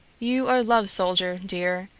you are love's soldier, dear,